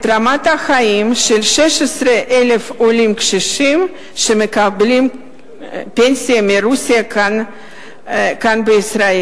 את רמת החיים של 16,000 עולים קשישים שמקבלים פנסיה מרוסיה כאן בישראל.